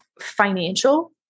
financial